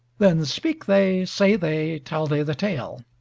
then speak they, say they, tell they the tale